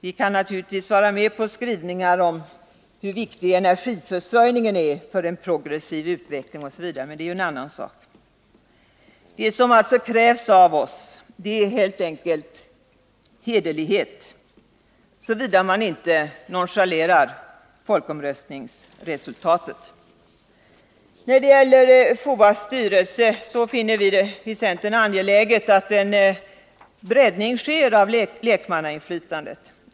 Vi kan naturligtvis vara med på skrivningar om hur viktig energiförsörjningen är för en progressiv utveckling osv., men det är ju en annan sak. Det som alltså krävs av oss är helt enkelt hederlighet — såvida man inte nonchalerar folkomröstningsresultatet. När det gäller FOA:s styrelse finner vi i centern det angeläget att en breddning sker av lekmannainflytandet.